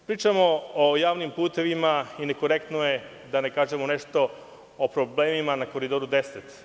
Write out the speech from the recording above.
Pričamo o javnim putevima i nekorektno je da ne kažemo nešto o problemima na Koridoru 10.